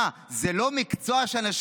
מה, זה לא מקצוע שאנשים